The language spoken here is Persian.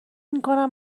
میکنم